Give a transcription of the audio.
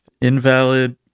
invalid